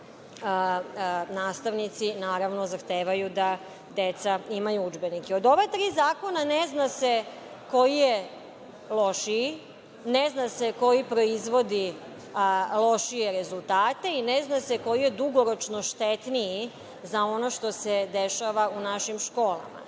nastavnici zahtevaju da deca imaju udžbenike. Od ova tri zakona ne zna se koji je lošiji, ne zna se koji proizvodi lošije rezultate i ne zna se koji je dugoročno štetniji za ono što se dešava u našim školama.